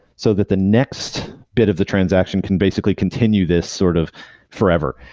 so that the next bit of the transaction can basically continue this sort of forever,